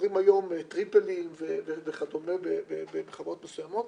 מוכרים היום טריפלים וכדומה בחברות מסוימות,